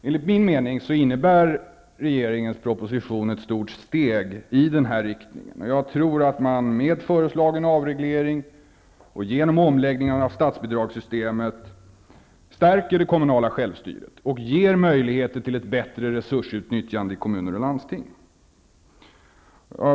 Enligt min mening innebär regeringens proposition ett stort steg i denna riktning. Jag tror att man med den föreslagna avregleringen och med hjälp av omläggningarna av statsbidragssystemet stärker det kommunala självstyret och ger möjligheter till bättre resursutnyttjande av kommuner och landsting.